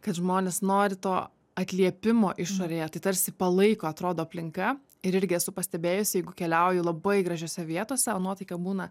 kad žmonės nori to atliepimo išorėje tai tarsi palaiko atrodo aplinka ir irgi esu pastebėjusi jeigu keliauju labai gražiose vietose o nuotaika būna